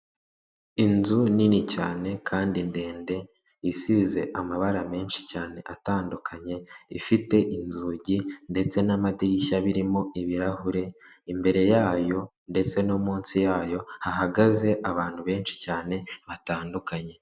Inzu nini cyane kandi ndende isize amabara menshi cyane atandukanye, ifite inzugi ndetse n'amadirishya birimo ibirahure imbere yayo ndetse no munsi yayo hahagaze abantu benshi cyane batandukanye.